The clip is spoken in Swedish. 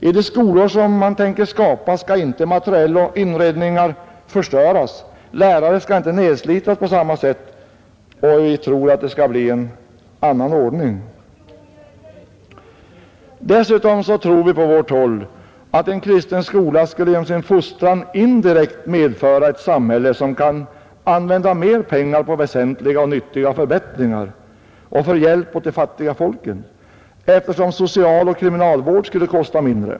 I de skolor man tänker skapa skall inte materiel och inredningar förstöras och lärare skall inte nedslitas på samma sätt. Vi tror också att det skulle bli en annan ordning. Dessutom tror vi på vårt håll att en kristen skola skulle genom sin fostran indirekt medföra ett samhälle, som kan använda mer pengar på väsentliga och nyttiga förbättringar och för hjälp åt de fattiga folken — eftersom socialoch kriminalvård skulle kosta mindre.